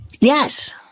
Yes